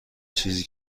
چیزی